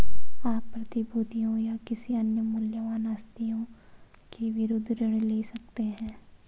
आप प्रतिभूतियों या किसी अन्य मूल्यवान आस्तियों के विरुद्ध ऋण ले सकते हैं